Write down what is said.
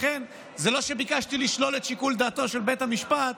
לכן זה לא שביקשתי לשלול את שיקול דעתו של בית המשפט,